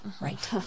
right